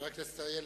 חבר הכנסת אריאל,